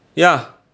ya